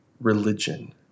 religion